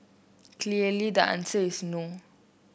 clearly the answer is no